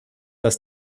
dass